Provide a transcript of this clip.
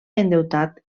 endeutat